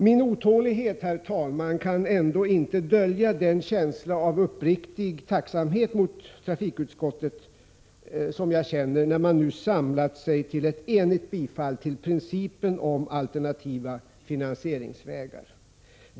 Min otålighet, herr talman, kan ändå inte dölja den känsla av uppriktig tacksamhet mot trafikutskottet som jag känner, när man nu har accepterat principen om alternativa finansieringsvägar.